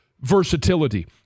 versatility